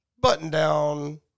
button-down